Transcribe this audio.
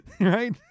Right